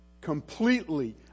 completely